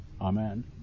Amen